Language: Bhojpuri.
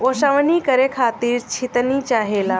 ओसवनी करे खातिर छितनी चाहेला